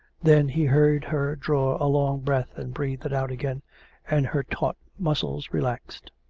then he heard her draw a long breath and breathe it out again and her taut muscles relaxed.